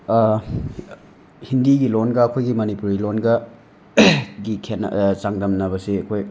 ꯍꯤꯟꯗꯤꯒꯤ ꯂꯣꯟꯒ ꯑꯈꯣꯏꯒꯤ ꯃꯅꯤꯄꯨꯔꯤ ꯂꯣꯟꯒ ꯒꯤ ꯈꯦꯠꯅ ꯆꯥꯡꯗꯝꯅꯕꯁꯦ ꯑꯩꯈꯣꯏ